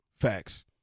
Facts